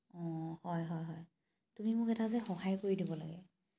অঁ হয় হয় হয় তুমি মোক এটা যে সহায় কৰি দিব লাগে